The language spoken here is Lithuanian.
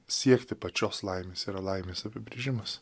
siekti pačios laimės yra laimės apibrėžimas